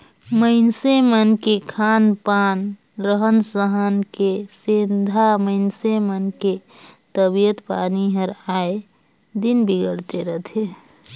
मइनसे मन के खान पान, रहन सहन के सेंधा मइनसे मन के तबियत पानी हर आय दिन बिगड़त रथे